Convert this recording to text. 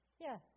Yes